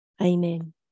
amen